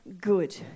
good